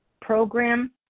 program